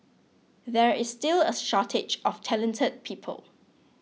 there is still a shortage of talented people